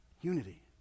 Unity